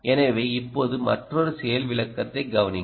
எனவே இப்போது மற்றொரு செயல்விளக்கத்தைக் கவனியுங்கள்